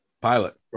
Pilot